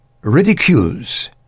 ridicules